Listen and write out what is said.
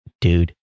dude